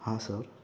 हां सर